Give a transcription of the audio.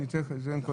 --- קודם.